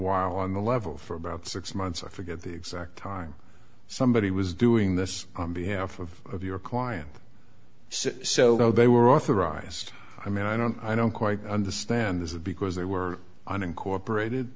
while on the level for about six months i forget the exact time somebody was doing this on behalf of your client so they were authorized i mean i don't i don't quite understand this because they were unincorporated